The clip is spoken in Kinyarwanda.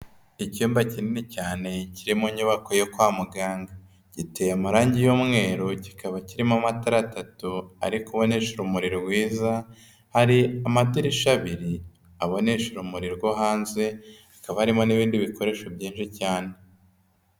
Icyumba kinini cyane kiri mu nyubako yo kwa muganga, giteye amarangi y'umweru kikaba kirimo amatara atatu arikubonesha urumuri rwiza, hari amadirisha abiri abonesha urumuri rwo hanze, hakaba harimo n'ibindi bikoresho byinshi cyane.